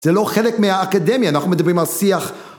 זה לא חלק מהאקדמיה אנחנו מדברים על שיח